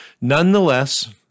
Nonetheless